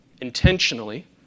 intentionally